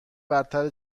برتر